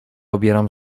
obieram